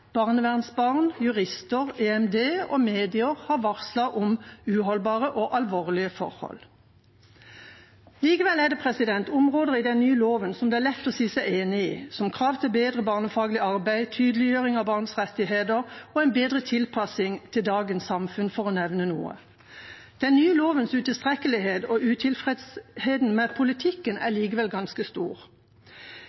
barnevernsbarn, jurister, EMD og medier har varslet om uholdbare og alvorlige forhold. Likevel er det områder i den nye loven som det er lett å si seg enig i, som krav til bedre barnefaglig arbeid, tydeliggjøring av barns rettigheter og en bedre tilpassing til dagens samfunn, for å nevne noe. Den nye lovens utilstrekkelighet og utilfredsheten med politikken er